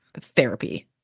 therapy